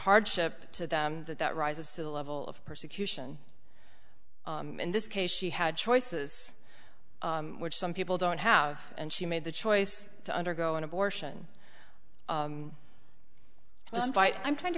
hardship to them that that rises to the level of persecution in this case she had choices which some people don't have and she made the choice to undergo an abortion just by i'm trying to